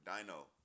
Dino